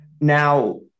Now